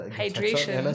hydration